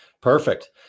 Perfect